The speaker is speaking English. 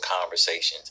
conversations